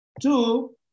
Two